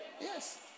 Yes